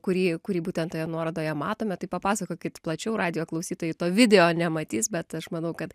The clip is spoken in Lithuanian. kurį kurį būten toje nuorodoje matome tai papasakokit plačiau radijo klausytojai to video nematys bet aš manau kad